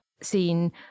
seen